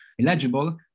eligible